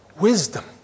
Wisdom